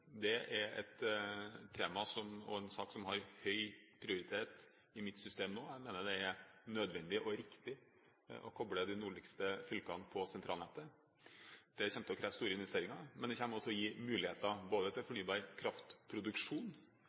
Det er et tema og en sak som har høy prioritet i mitt system nå. Jeg mener det er nødvendig og riktig å koble de nordligste fylkene til sentralnettet. Det kommer til å kreve store investeringer, men det kommer også til å gi muligheter både til fornybar kraftproduksjon